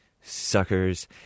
Suckers